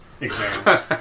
Exams